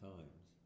Times